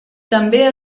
també